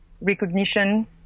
recognition